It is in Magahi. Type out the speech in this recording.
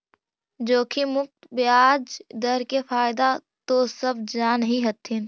जोखिम मुक्त ब्याज दर के फयदा तो सब जान हीं हथिन